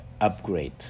upgrade